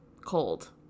Cold